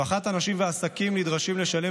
לא אחת אנשים ועסקים נדרשים לשלם